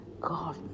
God